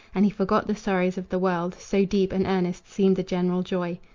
and he forgot the sorrows of the world, so deep and earnest seemed the general joy.